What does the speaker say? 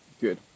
Good